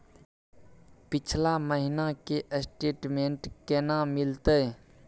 पिछला महीना के स्टेटमेंट केना मिलते?